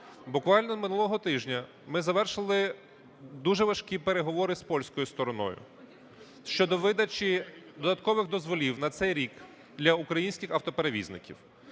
Буквально минулого тижня ми завершили дуже важкі переговори з польською стороною щодо видачі додаткових дозволів на цей рік для українських автоперевізників.